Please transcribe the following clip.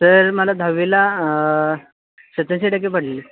sir मला दहावीला सत्याऐंशी टक्के पडले